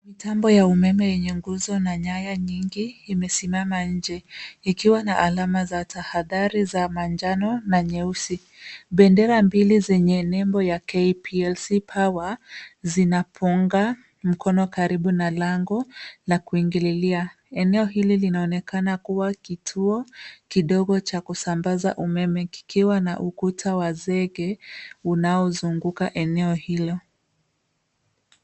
Mitambo ya umeme yenye nguzo na nyaya nyingi imesimama nje ikiwa na alama za tahadhari za manjano na nyeusi. Bendera mbili zenye nembo ya KPLC Power zinapunga mkono karibu na lango la kuingililia eneo hili linaonekana kuwa kituo kidogo cha kusambaza umeme kikiwa na ukuta wa zege unaozunguka eneo hilo.